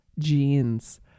jeans